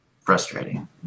frustrating